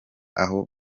aho